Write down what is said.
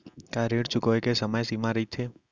का ऋण चुकोय के समय सीमा रहिथे?